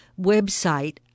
website